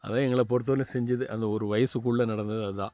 அதுதான் எங்களை பொறுத்தவரையிலும் செஞ்சது அந்த ஒரு வயதுக்குள்ள நடந்தது அதுதான்